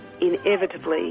inevitably